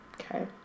Okay